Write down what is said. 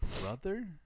brother